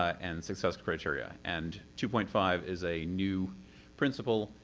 ah and success criteria. and two point five is a new principle.